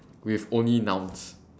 with only nouns